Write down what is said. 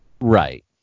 Right